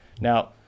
Now